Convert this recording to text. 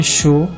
show